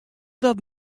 dat